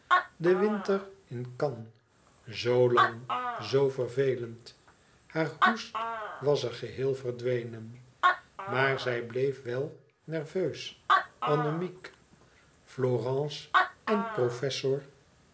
de winter in cannes zoo lang zoo vervelend haar hoest was er geheel verdwenen maar zij bleef wel nerveus anemiek florence en professor